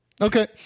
Okay